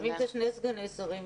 תמיד זה שני סגני שרים,